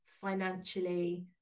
financially